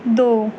ਦੋ